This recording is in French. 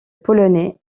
polonais